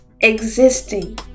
existing